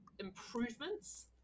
Improvements